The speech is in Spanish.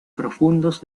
profundos